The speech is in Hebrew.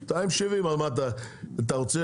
270, אתה רוצה